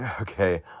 Okay